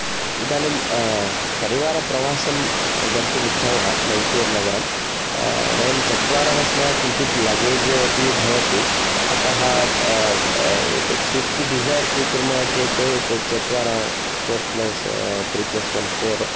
इदानीं परिवारप्रवासं गन्तुं इच्छामः मैसूरुनगरं वयं चत्वारः अस्मान् किञ्चित् लगेज् अपि भवति अतः एतत् स्विफ्ट् दिसैर् स्वीकुर्मः चेत् चत्वारः फोर् प्लस् त्रि प्लस् ओन् फोर्